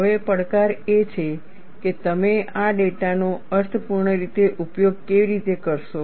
હવે પડકાર એ છે કે તમે આ ડેટાનો અર્થપૂર્ણ રીતે ઉપયોગ કેવી રીતે કરશો